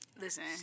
Listen